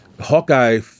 Hawkeye